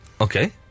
Okay